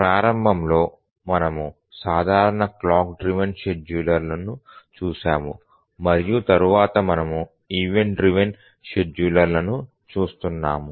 ప్రారంభంలో మనము సాధారణ క్లాక్ డ్రివెన్ షెడ్యూలర్లను చూశాము మరియు తరువాత మనము ఈవెంట్ డ్రివెన్ షెడ్యూలర్లను చూస్తున్నాము